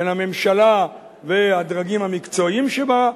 בין הממשלה והדרגים המקצועיים שבה,